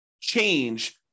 change